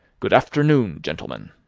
good afternoon, gentlemen!